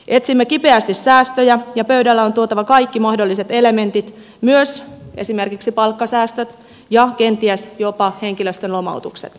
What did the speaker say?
etsimme kipeästi säästöjä ja pöydälle on tuotava kaikki mahdolliset elementit myös esimerkiksi palkkasäästöt ja kenties jopa henkilöstön lomautukset